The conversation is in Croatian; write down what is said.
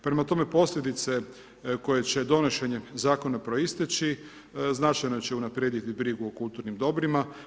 Prema tome posljedice koje će donošenjem zakona proisteći značajno će unaprijediti brigu o kulturnim dobrima.